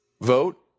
vote